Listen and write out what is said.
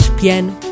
piano